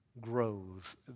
grows